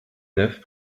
neuf